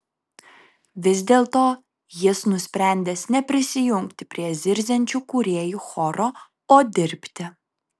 vis dėlto jis nusprendęs neprisijungti prie zirziančių kūrėjų choro o dirbti